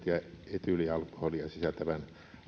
etyylialkoholia sisältävän